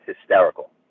hysterical